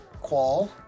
qual